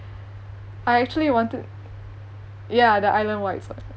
I actually wanted ya the island wide one